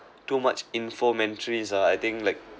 too much informa~ ah I think like